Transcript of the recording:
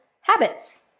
habits